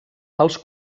els